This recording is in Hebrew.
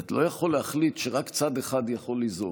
אתה לא יכול להחליט שרק צד אחד יכול ליזום.